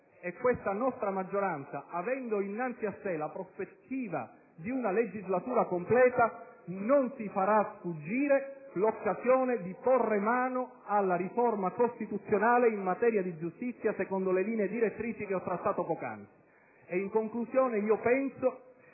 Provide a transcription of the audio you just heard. e questa nostra maggioranza, avendo innanzi a sé la prospettiva di una legislatura completa, non si farà sfuggire l'occasione di porre mano alla riforma costituzionale in materia di giustizia secondo le linee direttrici che ho trattato poc'anzi.